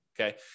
okay